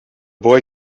boy